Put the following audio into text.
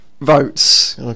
Votes